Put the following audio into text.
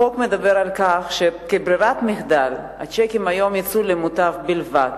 החוק מדבר על כך שכברירת מחדל הצ'קים היום יצאו למוטב בלבד,